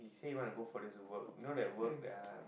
he say he want to go for this work you know that work that I